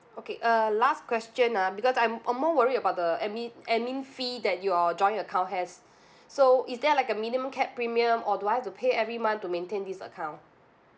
okay uh last question ah because I'm I'm more worried about the admin admin fee that your joint account has so is there like a minimum cap premium or do I have to pay every month to maintain this account